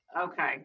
Okay